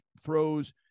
throws